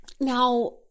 now